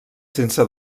sense